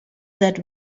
that